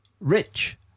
Rich